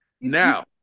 Now